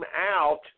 out